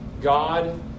God